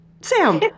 Sam